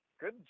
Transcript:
good